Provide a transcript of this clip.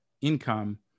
income